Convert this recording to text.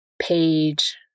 page